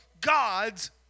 God's